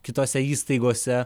kitose įstaigose